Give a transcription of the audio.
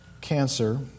cancer